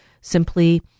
simply